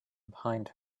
behind